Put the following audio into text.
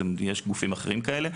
ויש גם גופים אחרים כאלה.